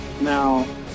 Now